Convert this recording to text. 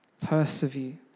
persevere